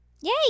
Yay